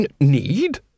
Need